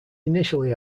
initially